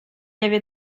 avait